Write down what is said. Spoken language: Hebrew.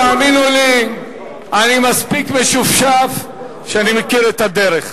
תאמינו לי אני מספיק משופשף שאני מכיר את הדרך.